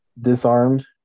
disarmed